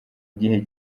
gihe